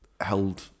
held